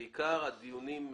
עיקר הדיונים,